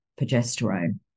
progesterone